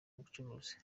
bucuruzi